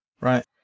Right